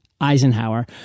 Eisenhower